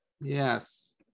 Yes